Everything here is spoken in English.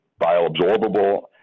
bioabsorbable